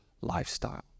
lifestyle